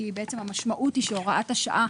כי המשמעות היא שהוראת השעה,